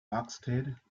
oxted